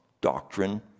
doctrine